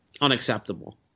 unacceptable